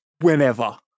Whenever